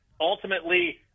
Ultimately